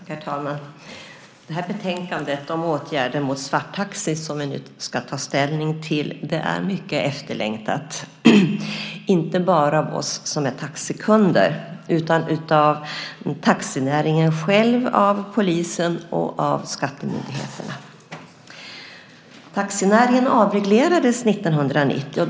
Herr talman! Det betänkande om åtgärder mot svarttaxi som vi nu ska ta ställning till är mycket efterlängtat inte bara av oss som är taxikunder utan också av taxinäringen själv, polisen och av skattemyndigheterna. Taxinäringen avreglerades år 1990.